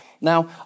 Now